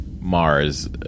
Mars